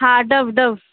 हा डव डव